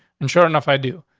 and sure enough, i do,